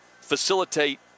facilitate